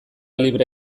libre